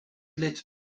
lid